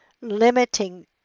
limiting